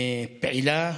פעילה,